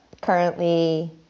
currently